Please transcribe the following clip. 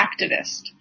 activist